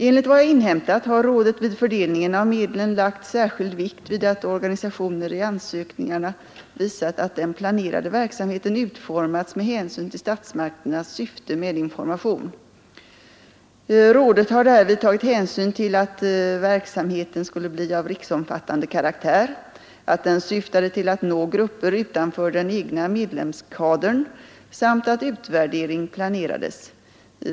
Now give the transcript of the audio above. Enligt vad jag inhämtat har rådet vid fördelningen av medlen lagt särkild vikt vid att organisationerna i ansökningarna visat att den planerade verksamheten utformats med hänsyn till statsmakternas syfte med information. Rådet har därvid tagit hänsyn till att verksamheten skulle bli av riksomfattande karaktär, att den syftade till att nå grupper utanför den egna medlemskadern samt att utvärdering planerades.